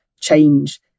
change